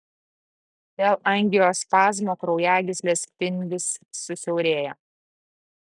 dėl angiospazmo kraujagyslės spindis susiaurėja